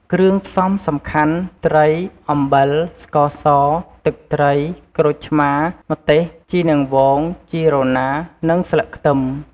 គ្រឿងផ្សំសំខាន់ ត្រី អំបិល ស្ករស ទឹកត្រី ក្រូចឆ្មារ ម្ទេស ជីនាងវង ជីរណា និងស្លឹកខ្ទឹម។